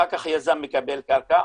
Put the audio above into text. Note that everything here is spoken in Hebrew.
אחר כך היזם מקבל קרקע,